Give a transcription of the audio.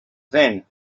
then